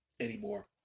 anymore